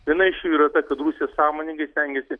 viena iš jų yra ta kad rusija sąmoningai stengiasi